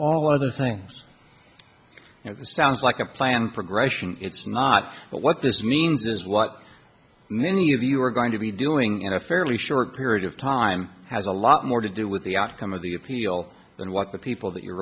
all other things you know this sounds like a plan progression it's not but what this means is what many of you are going to be doing in a fairly short period of time has a lot more to do with the outcome of the appeal than what the people that you're